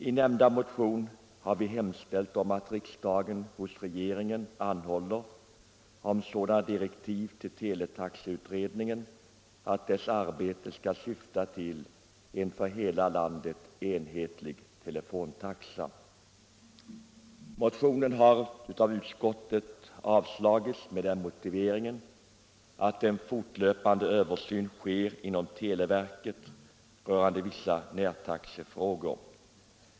I nämnda motion har vi hemställt om att riksdagen hos regeringen anhåller om sådana direktiv till teletaxeutredningen att dess arbete skall syfta till en för hela landet enhetlig telefontaxa. Motionen har av utskottet avstyrkts med den motiveringen att en fortlöpande översyn sker inom televerket rörande vissa närtaxefrågor.